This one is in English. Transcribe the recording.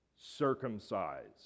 circumcised